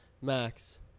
Max